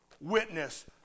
witness